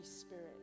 Spirit